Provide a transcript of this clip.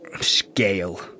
scale